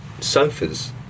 sofas